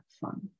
fun